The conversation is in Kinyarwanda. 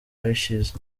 ashes